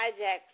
hijack